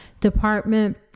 department